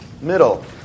middle